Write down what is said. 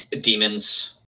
Demons